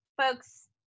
folks